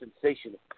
sensational